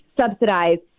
subsidized